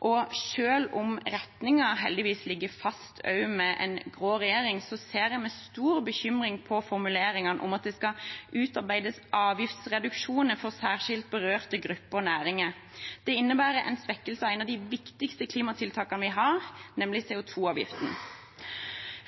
og selv om retningen heldigvis ligger fast også med en grå regjering, ser jeg med stor bekymring på formuleringene om at det skal utarbeides avgiftsreduksjoner for særskilt berørte grupper og næringer. Det innebærer en svekkelse av et av de viktigste klimatiltakene vi har, nemlig CO 2 -avgiften.